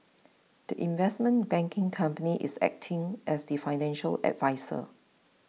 the investment banking company is acting as the financial adviser